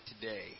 today